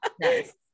Nice